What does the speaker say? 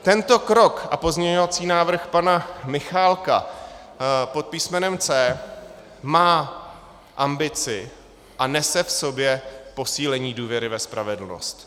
Tento krok a pozměňovací návrh pana Michálka pod písmenem C má ambici a nese v sobě posílení důvěry ve spravedlnost.